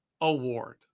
Award